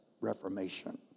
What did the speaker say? Reformation